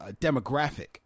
demographic